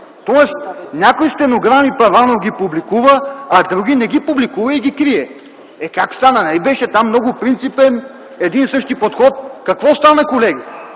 Тоест някои стенограми Първанов ги публикува, а други не ги публикува и ги крие. Е, как стана? Нали беше там много принципен, един и същи подход, какво стана, колеги?